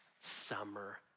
summer